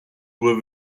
were